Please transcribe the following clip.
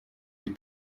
die